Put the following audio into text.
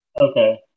Okay